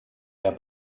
der